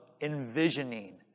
envisioning